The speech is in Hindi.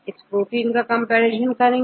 इस प्रोटीन का कंपैरिजन करते हैं